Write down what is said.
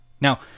Now